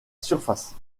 surface